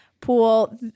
pool